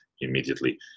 immediately